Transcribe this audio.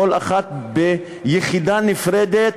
כל אחת ביחידה נפרדת,